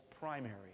primary